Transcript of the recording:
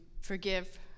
forgive